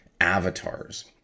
avatars